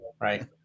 Right